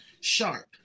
sharp